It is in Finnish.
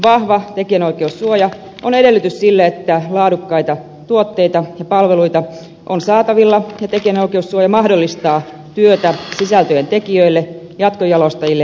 vahva tekijänoikeussuoja on edellytys sille että laadukkaita tuotteita ja palveluita on saatavilla ja tekijänoikeussuoja mahdollistaa työtä sisältöjen tekijöille jatkojalostajille ja jakelijoille